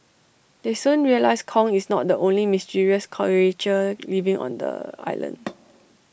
they soon realise Kong is not the only mysterious creature living on the island